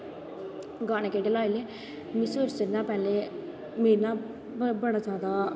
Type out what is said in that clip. गानें केह्ड़े लाई ले में सवेरे सवेरे ना में बड़ा जादा